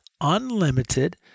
unlimited